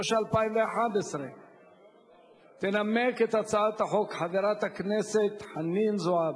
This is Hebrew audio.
התשע"א 2011. תנמק את הצעת החוק חברת הכנסת חנין זועבי.